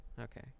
Okay